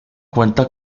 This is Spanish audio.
cuenta